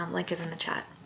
um link is in the chat.